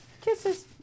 Kisses